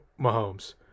Mahomes